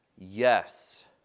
Yes